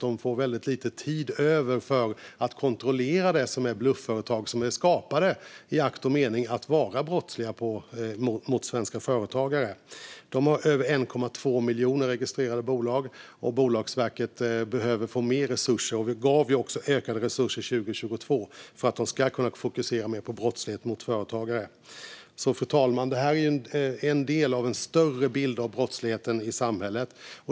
De får väldigt lite tid över för att kontrollera det som är blufföretag som är skapade i akt och mening att vara brottsliga mot svenska företagare. De har över 1,2 miljoner registrerade bolag, och Bolagsverket behöver få mer resurser. Vi gav också ökade resurser 2022 för att de ska kunna fokusera mer på brottslighet mot företagare. Fru talman! Det här är alltså en del av en större bild av brottsligheten i samhället.